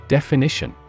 Definition